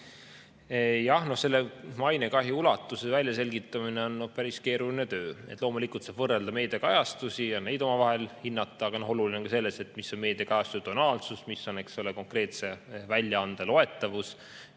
Jah, maine kahju ulatuse väljaselgitamine on päris keeruline töö. Loomulikult saab võrrelda meediakajastusi ja neid hinnata, aga oluline on ka see, milline on meediakajastuse tonaalsus, konkreetse väljaande loetavus